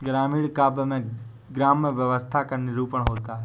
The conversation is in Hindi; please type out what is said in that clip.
ग्रामीण काव्य में ग्राम्य व्यवस्था का निरूपण होता है